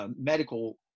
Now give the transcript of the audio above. medical